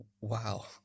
Wow